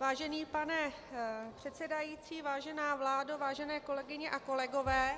Vážený pane předsedající, vážená vládo, vážené kolegyně a kolegové,